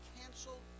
canceled